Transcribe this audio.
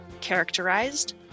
characterized